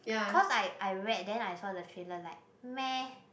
cause I I read then I saw the trailer like meh